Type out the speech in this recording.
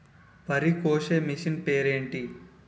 వరి కోసే మిషన్ పేరు ఏంటి